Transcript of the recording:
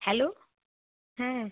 hello হ্যাঁ